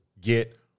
get